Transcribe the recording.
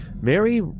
Mary